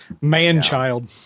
Man-child